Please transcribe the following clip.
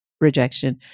rejection